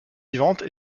vivante